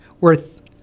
worth